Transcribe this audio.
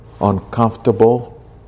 uncomfortable